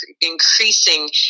increasing